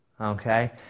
Okay